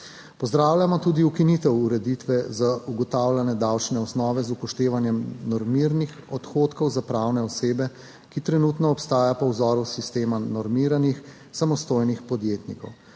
Pozdravljamo tudi ukinitev ureditve za ugotavljanje davčne osnove z upoštevanjem normiranih odhodkov za pravne osebe, ki trenutno obstaja po vzoru sistema normiranih samostojnih podjetnikov.